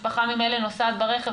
משפחה ממילא נוסעת ברכב,